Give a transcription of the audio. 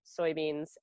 soybeans